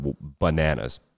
bananas